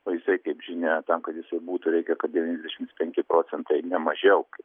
o jisai kaip žinia tam kad jisai būtų reikia kad devyniasdešims penki procentai ne mažiau kaip